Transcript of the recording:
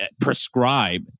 prescribe